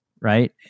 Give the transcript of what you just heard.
right